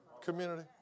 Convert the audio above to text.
community